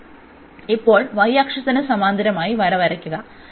അതിനാൽ ഇപ്പോൾ y അക്ഷത്തിന് സമാന്തരമായി വര വരയ്ക്കുക